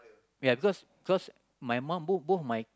ya because because my mum both both my